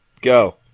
go